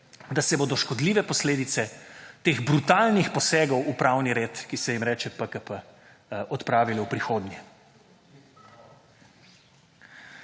da se bodo škodljive posledice teh brutalnih posegov v pravni red, ki se jim reče PKP, odpravile v prihodnje.